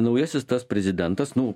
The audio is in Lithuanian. naujasis tas prezidentas nu